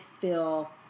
feel